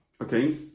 Okay